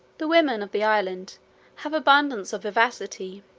the women of the island have abundance of vivacity